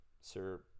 Sir